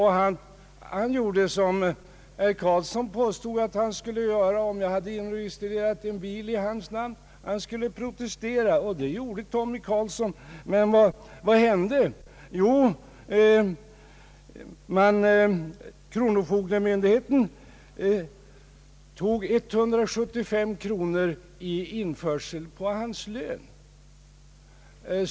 Han gjorde som herr Karisson påstod att han skulle göra om jag hade inregistrerat en bil i hans namn, han protesterade. Men vad hände? Jo, kronofogdemyndigheten tog 175 kronor i införsel på hans lön.